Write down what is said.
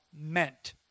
meant